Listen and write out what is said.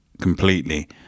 completely